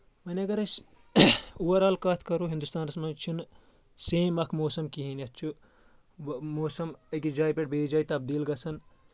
وۄنۍ اگر أسۍ اوٚوَرآل کتھ کرو ہِندوستانس منٛز چھُنہٕ سیم اکھ موسم کِہیٖنۍ یتھ چھُ موسم أکِس جایہِ پؠٹھ بیٚیہِ جایہِ تبدیٖل گژھان